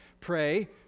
pray